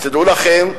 אז תדעו לכם,